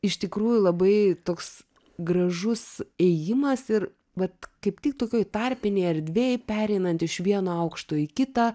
iš tikrųjų labai toks gražus ėjimas ir vat kaip tik tokioj tarpinėj erdvėj pereinant iš vieno aukšto į kitą